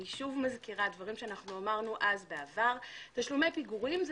אני מזכירה דברים שאמרנו בעבר תשלומי פיגורים,